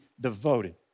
devoted